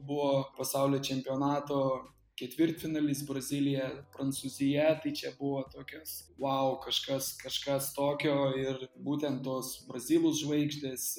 buvo pasaulio čempionato ketvirtfinalis brazilija prancūzija tai čia buvo tokios vau kažkas kažkas tokio ir būtent tos brazilų žvaigždės